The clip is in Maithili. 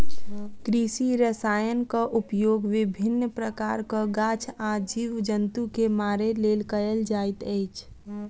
कृषि रसायनक उपयोग विभिन्न प्रकारक गाछ आ जीव जन्तु के मारय लेल कयल जाइत अछि